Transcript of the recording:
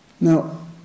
now